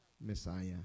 Messiah